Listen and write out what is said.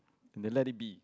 and they let it be